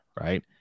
right